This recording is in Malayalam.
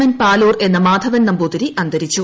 എൻ പാലൂര് എന്ന മാധവൻ നമ്പൂതിരി അന്തരിച്ചു